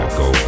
go